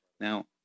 Now